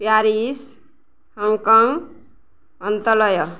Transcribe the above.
Paris Hong Kong